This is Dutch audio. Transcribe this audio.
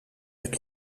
het